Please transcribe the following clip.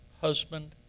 husband